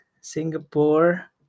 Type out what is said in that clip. Singapore